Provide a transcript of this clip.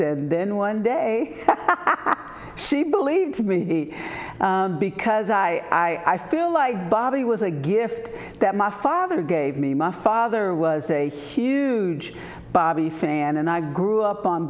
said then one day she believed to be because i feel like bobby was a gift that my father gave me my father was a huge bobby fan and i grew up on